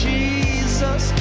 Jesus